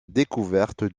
découverte